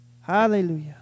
Hallelujah